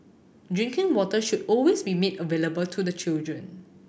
drinking water should always be made available to the children